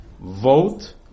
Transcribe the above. vote